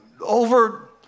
over